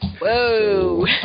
Whoa